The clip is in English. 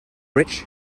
rich